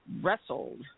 wrestled